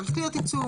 צריך להיות עיצום?